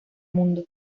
mundo